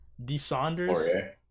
DeSaunders